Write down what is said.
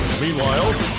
Meanwhile